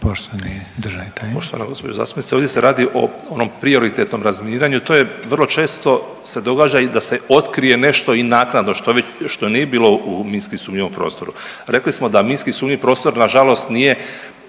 poštovani državni tajniče